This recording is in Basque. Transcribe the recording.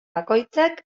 bakoitzak